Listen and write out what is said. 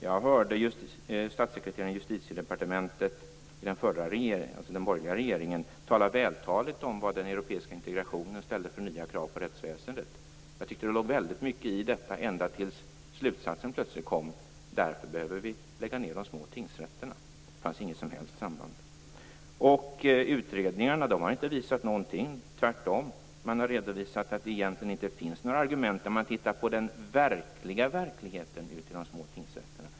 Jag hörde statssekreteraren i Justitiedepartementet i den tidigare borgerliga regeringen tala vältaligt om vad den europeiska integrationen ställde för nya krav på rättsväsendet. Jag tyckte att det låg väldigt mycket i detta ända tills slutsatsen plötsligt kom: Därför behöver vi lägga ned de små tingsrätterna. Det fanns inget som helst samband. Utredningarna har inte visat någonting, tvärtom har man redovisat att det egentligen inte finns några argument när man tittar på den verkliga verkligheten ute i de små tingsrätterna.